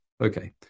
Okay